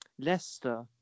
Leicester